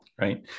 Right